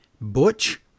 butch